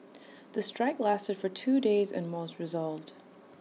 the strike lasted for two days and was resolved